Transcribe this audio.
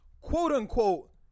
quote-unquote—